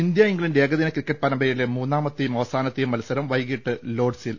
India England ഏകദിന cricket പരമ്പരയിലെ മൂന്നാമ ത്തെയും അവസാനത്തെയും മത്സരം വൈകിട്ട് ലോഡ്സിൽ